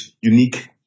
unique